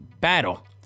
battle